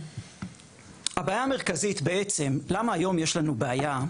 הבעיה המרכזית בעצם, למה היום יש לנו בעיה?